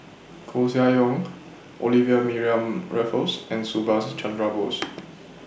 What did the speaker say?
Koeh Sia Yong Olivia Mariamne Raffles and Subhas Chandra Bose